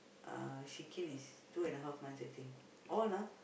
uh Shikin is two and a half months I think all ah